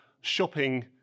shopping